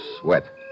sweat